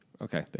Okay